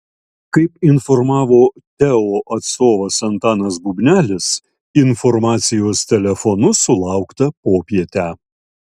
kaip informavo teo atstovas antanas bubnelis informacijos telefonu sulaukta popietę